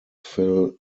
phil